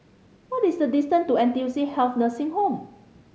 what is the distance to N T U C Health Nursing Home